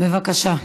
בבקשה.